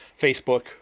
Facebook